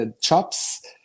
chops